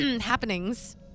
happenings